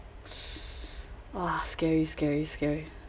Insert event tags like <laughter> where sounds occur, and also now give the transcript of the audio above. <breath> !wah! scary scary scary